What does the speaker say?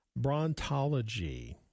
Brontology